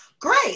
Great